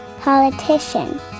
Politician